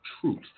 truth